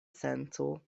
senco